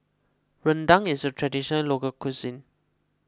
Rendang is a Traditional Local Cuisine